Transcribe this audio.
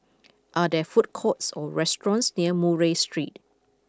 are there food courts or restaurants near Murray Street